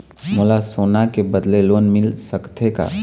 मोला सोना के बदले लोन मिल सकथे का?